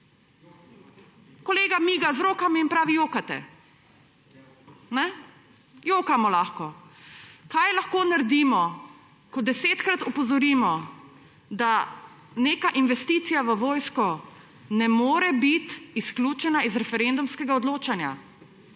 Kolega miga z rokami in pravi, jokate. Jokamo lahko. Kaj lahko naredimo, ko desetkrat opozorimo, da neka investicija v vojsko ne more biti izključena iz referendumskega odločanja,